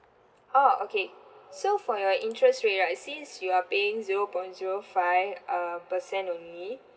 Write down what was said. oh okay so for your interest rate right since you are paying zero point zero five um percent only